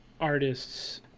artists